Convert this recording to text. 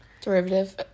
derivative